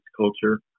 culture